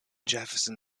jefferson